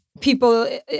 people